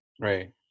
Right